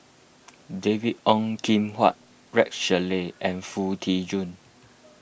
David Ong Kim Huat Rex Shelley and Foo Tee Jun